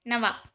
नव